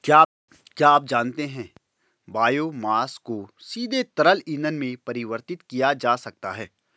क्या आप जानते है बायोमास को सीधे तरल ईंधन में परिवर्तित किया जा सकता है?